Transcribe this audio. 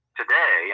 today